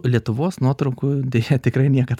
lietuvos nuotraukų deja tikrai niekad